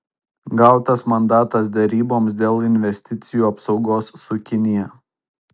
gautas mandatas deryboms dėl investicijų apsaugos su kinija